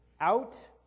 out